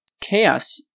chaos